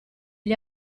gli